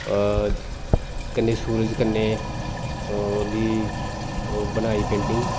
कन्नै सूरज कन्नै ओहदी ओह् बनाई पेंटिंग